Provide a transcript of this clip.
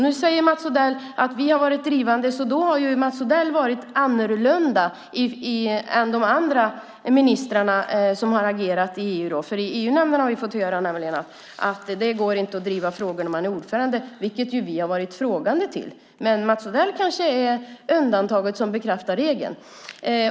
Nu säger Mats Odell att ni har varit drivande. Då har Mats Odell varit annorlunda än de andra ministrarna som har agerat i EU, för i EU-nämnden har vi nämligen fått höra att det inte går att driva frågor när man är ordförande, vilket vi har varit frågande till. Men Mats Odell kanske är undantaget som bekräftar regeln.